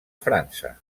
frança